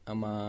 Ama